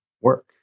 work